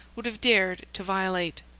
would have dared to violate.